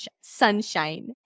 sunshine